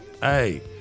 Hey